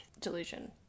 delusion